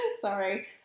sorry